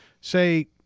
say